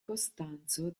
costanzo